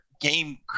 game